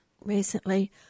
recently